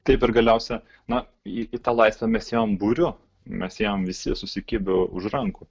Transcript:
taip ir galiausia na į tą laisvę mes ėjom būriu mes ėjom visi susikibę už rankų